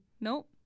Nope